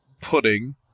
pudding